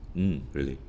mm really